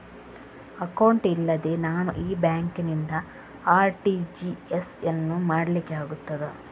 Account ಇಲ್ಲದೆ ನಾನು ಈ ಬ್ಯಾಂಕ್ ನಿಂದ ಆರ್.ಟಿ.ಜಿ.ಎಸ್ ಯನ್ನು ಮಾಡ್ಲಿಕೆ ಆಗುತ್ತದ?